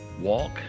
walk